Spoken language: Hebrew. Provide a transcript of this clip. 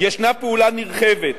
ישנה פעולה נרחבת.